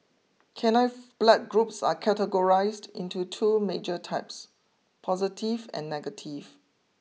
canine blood groups are categorised into two major types positive and negative